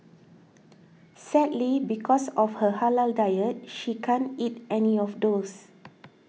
sadly because of her halal diet she can't eat any of those